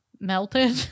melted